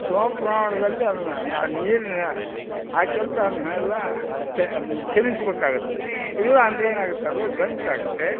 ಸಮ ಪ್ರಮಾಣದಲ್ಲಿ ಅದನ್ನು ಆ ನೀರಿನ ಹಾಕ್ಕೊಂತ ಅದನ್ನೆಲ್ಲ ಸ್ಟ ತಿರುಗಿಸ್ಬೇಕಾಗುತ್ತೆ ಇಲ್ಲ ಅಂದರೆ ಏನಾಗುತ್ತೆ ಅದು ಗಂಟು ಆಗುತ್ತೆ